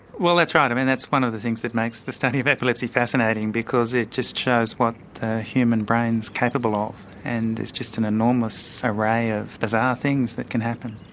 well that's right, i mean that's one of the things that makes the study of epilepsy fascinating because it just shows what the human brain's capable ah of and it's just an enormous array of bizarre things that can happen.